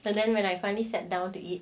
and then when I finally sat down to eat